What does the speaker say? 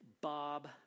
Bob